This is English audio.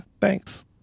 thanks